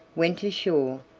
went ashore,